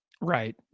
Right